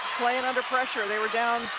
playing under pressure they were down,